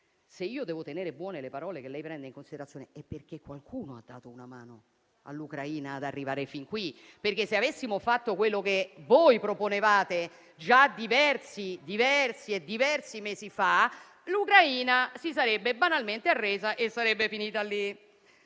se devo tenere per buone le parole che prende in considerazione, è perché qualcuno ha dato una mano all'Ucraina ad arrivare fin qui; se avessimo fatto quello che voi proponevate già diversi mesi fa, l'Ucraina si sarebbe banalmente arresa e sarebbe finita lì.